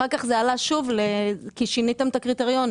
כשאחר כך זה עלה שוב כי שיניתם את הקריטריונים.